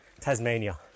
Tasmania